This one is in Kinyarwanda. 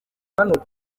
ukuboko